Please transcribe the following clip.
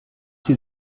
sie